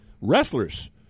wrestlers